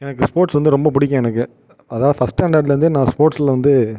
எனக்கு ஸ்போர்ட்ஸ் வந்து ரொம்ப பிடிக்கும் எனக்கு அதான் ஃபர்ஸ்ட் ஸ்டேண்டர்ட்லருந்தே நான் ஸ்போர்ட்ஸ்லில் வந்து